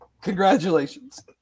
Congratulations